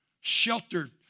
sheltered